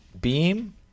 beam